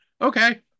Okay